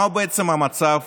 מהו המצב